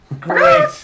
Great